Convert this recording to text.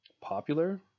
popular